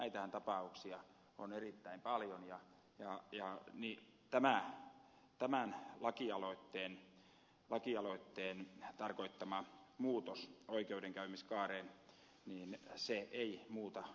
näitä tapauksiahan on erittäin paljon ja tämän lakialoitteen tarkoittama muutos oikeudenkäymiskaareen ei muuta sitä tilannetta miksikään